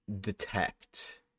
detect